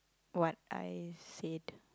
what I said